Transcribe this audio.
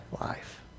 life